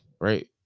right